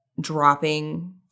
dropping